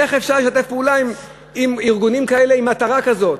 איך אפשר לשתף פעולה עם ארגונים כאלה עם מטרה כזאת?